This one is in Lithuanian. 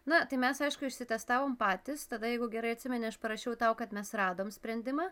na tai mes aišku išsitestavom patys tada jeigu gerai atsimeni aš parašiau tau kad mes radom sprendimą